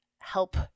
help